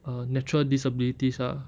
uh natural disabilities ah